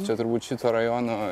čia turbūt šito rajono